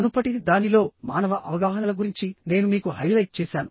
మునుపటి దానిలో మానవ అవగాహనల గురించి నేను మీకు హైలైట్ చేసాను